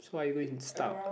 so are you going to start